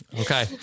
Okay